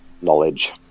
knowledge